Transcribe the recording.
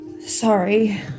Sorry